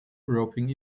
roping